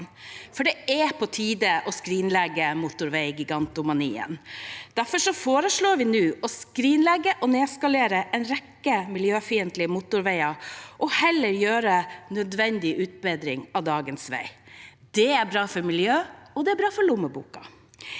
Det er på tide å skrinlegge motorveigigantomanien. Derfor foreslår vi nå å skrinlegge og nedskalere en rekke miljøfiendtlige motorveier og heller gjøre nødvendig utbedring av dagens veier. Det er bra for miljøet, og